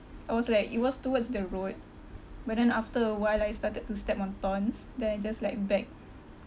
I was like it was towards the road but then after a while I started to step on thorns then I just like back